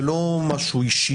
זה לא משהו אישי,